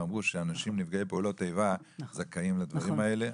ואמרו שאנשים נפגעי פעולות איבה זכאים לדברים האלה.